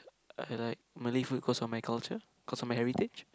I like Malay food cause of my culture cause of my heritage